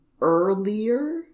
earlier